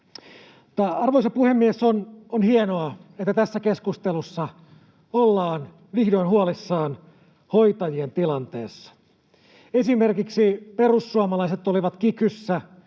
Arvoisa puhemies! On hienoa, että tässä keskustelussa ollaan vihdoin huolissaan hoitajien tilanteesta. Esimerkiksi perussuomalaiset olivat kikyssä